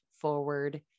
forward